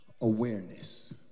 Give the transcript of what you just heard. awareness